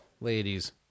Ladies